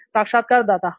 साक्षात्कारदाता हां